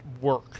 work